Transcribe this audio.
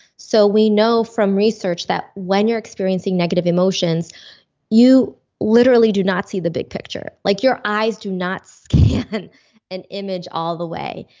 so we know from research that when you're experiencing negative emotions you literally do not see the big picture. like your eyes do not scan an image all the way.